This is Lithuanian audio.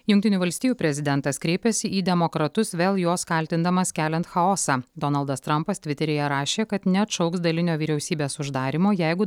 jungtinių valstijų prezidentas kreipiasi į demokratus vėl juos kaltindamas keliant chaosą donaldas trampas tviteryje rašė kad neatšauks dalinio vyriausybės uždarymo jeigu